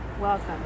Welcome